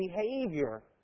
behavior